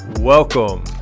Welcome